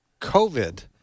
COVID